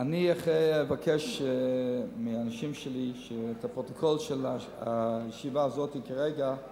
אבל אני מעדיפה שקודם תענה לי על השאלות לגבי